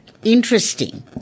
Interesting